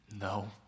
No